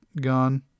gone